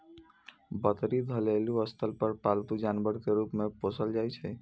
बकरी घरेलू स्तर पर पालतू जानवर के रूप मे पोसल जाइ छै